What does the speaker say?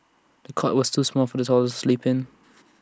the cot was too small for the toddler to sleep in